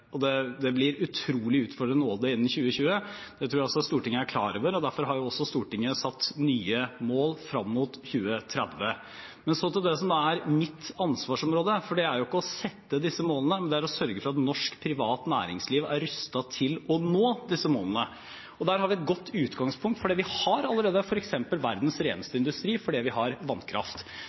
Det blir utrolig utfordrende å nå det innen 2020, det tror jeg også Stortinget er klar over. Derfor har Stortinget satt nye mål frem mot 2030. Så til det som er mitt ansvarsområde, for det er ikke å sette disse målene, men det er å sørge for at norsk privat næringsliv er rustet til å nå disse målene. Der har vi et godt utgangspunkt, for vi har allerede f.eks. verdens reneste industri fordi vi har vannkraft.